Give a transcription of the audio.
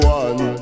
one